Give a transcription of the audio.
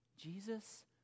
Jesus